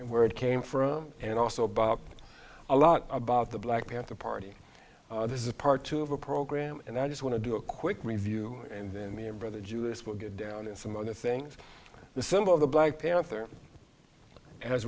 and where it came from and also about a lot about the black panther party this is part two of a program and i just want to do a quick review and then me and brother jewis will get down and some of the things the symbol of the black panther as